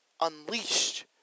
unleashed